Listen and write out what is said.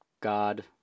God